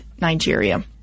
Nigeria